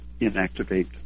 inactivate